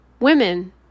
Women